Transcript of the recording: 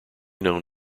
known